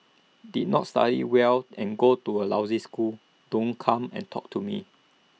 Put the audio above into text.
did not study well and go to A lousy school don't come and talk to me